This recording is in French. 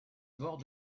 bord